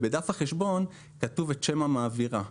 בדף החשבון כתוב את שם המעבירה,